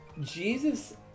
Jesus